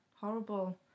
Horrible